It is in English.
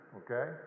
okay